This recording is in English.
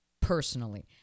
personally